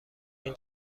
این